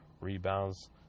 rebounds